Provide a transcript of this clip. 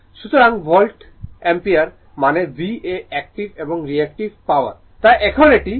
সুতরাং volt ampere মানে VA active এবং রিএক্টিভ পাওয়ার তাই এখন এটি এই r